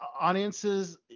audiences